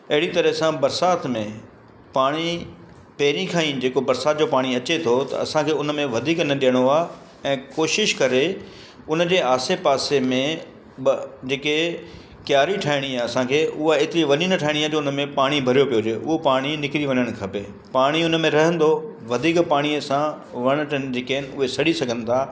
अहिड़ी तरह सां बरिसात में पाणी पहिरीं खां ई जेको बरिसात जो पाणी अचे थो त असांखे उन में वधीक न ॾियणो आहे ऐं कोशिश करे उनजे आसे पासे में बि जेके क्यारी ठाहिणी आहे असांखे उहा एतिरी वॾी न ठाहिणी आहे जो हुन में पाणी भरियो पियो हुजे उहो पाणी निकरी वञणु खपे पाणी हुन में रहंदो वधीक पाणीअ सां वण टिण जेके आहिनि उहे सड़ी सघनि था